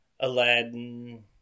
Aladdin